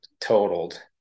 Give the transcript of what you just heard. totaled